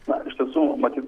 na iš tiesų matyt